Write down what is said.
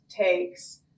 takes